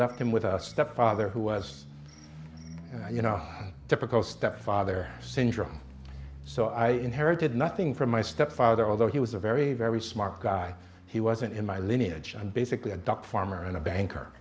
left him with a stepfather who was you know typical stepfather syndrome so i inherited nothing from my stepfather although he was a very very smart guy he wasn't in my lineage and basically a duck farmer and a banker